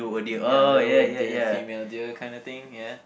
ya doe a deer a female deer kinda thing ya